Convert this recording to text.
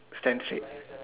stand straight